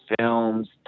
films